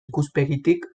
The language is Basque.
ikuspegitik